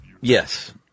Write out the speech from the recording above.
Yes